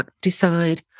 decide